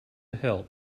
help